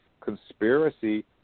Conspiracy